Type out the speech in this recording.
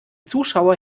zuschauer